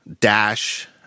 dash